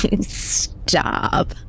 Stop